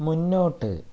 മുന്നോട്ട്